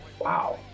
Wow